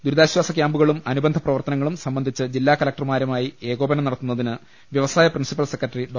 ദുരിതാശാസ ക്യാമ്പുകളും അനുബന്ധ പ്രവർത്തനങ്ങളും സംബ ന്ധിച്ച് ജില്ലാ കലക്ടർമാരുമായി ഏകോപനം നടത്തുന്നതിന് വൃവ സായ പ്രിൻസിപ്പൽ സെക്രട്ടറി ഡോ